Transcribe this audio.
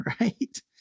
Right